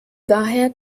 daher